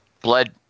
Blood